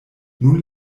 nun